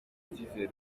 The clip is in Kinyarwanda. icyizere